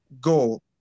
goal